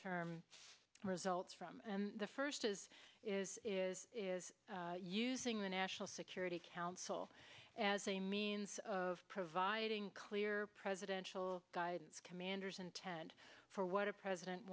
term results from the first is is is is using the national security council as a means of providing clear presidential guidance commander's intent for what a president